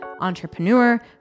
entrepreneur